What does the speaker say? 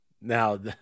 Now